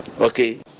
okay